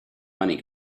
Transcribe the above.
money